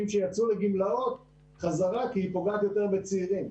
שיצאו לגמלאות חזרה כי היא פוגעת יותר בצעירים.